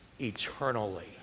eternally